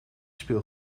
speel